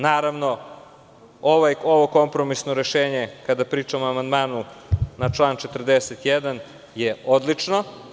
Naravno, ovo kompromisno rešenje, kada pričamo o amandmanu na član 41. je odlično.